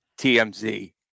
TMZ